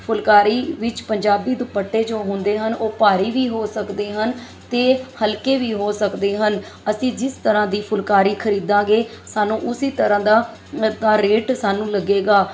ਫੁੱਲਕਾਰੀ ਵਿੱਚ ਪੰਜਾਬੀ ਦੁਪੱਟੇ ਜੋ ਹੁੰਦੇ ਹਨ ਉਹ ਭਾਰੀ ਵੀ ਹੋ ਸਕਦੇ ਹਨ ਅਤੇ ਹਲਕੇ ਵੀ ਹੋ ਸਕਦੇ ਹਨ ਅਸੀਂ ਜਿਸ ਤਰ੍ਹਾਂ ਦੀ ਫੁੱਲਕਾਰੀ ਖਰੀਦਾਂਗੇ ਸਾਨੂੰ ਉਸੀ ਤਰ੍ਹਾਂ ਦਾ ਤਾਂ ਰੇਟ ਸਾਨੂੰ ਲੱਗੇਗਾ